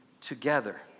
together